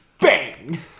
Bang